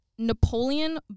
Napoleon